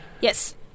Yes